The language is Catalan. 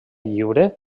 lliure